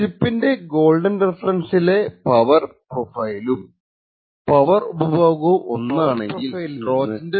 ചിപ്പിൻറെ golden റെഫറൻസിലെ power പ്രൊഫൈലും power ഉപഭോഗവും ഒന്നാണെങ്കിൽ ട്രോജന്റെ സാന്നിധ്യം ഇല്ലെന്നു ഉറപ്പിക്കാം